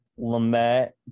lamette